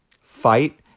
fight